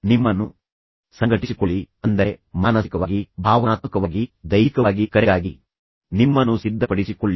ನಿಮ್ಮನ್ನು ಸಂಘಟಿಸಿಕೊಳ್ಳಿ ಅಂದರೆ ಮಾನಸಿಕವಾಗಿ ಭಾವನಾತ್ಮಕವಾಗಿ ದೈಹಿಕವಾಗಿ ಕರೆಗಾಗಿ ನಿಮ್ಮನ್ನು ಸಿದ್ಧಪಡಿಸಿಕೊಳ್ಳಿ